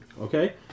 Okay